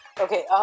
Okay